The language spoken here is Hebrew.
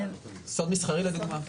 סוד מסחרי לדוגמה.